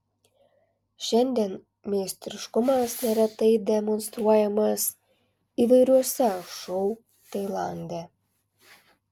šiandien meistriškumas neretai demonstruojamas įvairiuose šou tailande